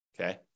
okay